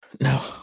No